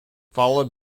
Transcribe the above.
followed